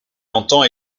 entend